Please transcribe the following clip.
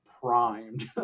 primed